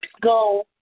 Go